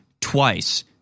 twice